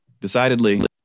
Decidedly